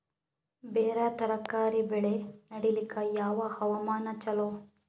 ಬೇರ ತರಕಾರಿ ಬೆಳೆ ನಡಿಲಿಕ ಯಾವ ಹವಾಮಾನ ಚಲೋ?